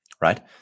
right